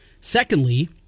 Secondly